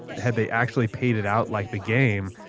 had they actually paid it out like the game,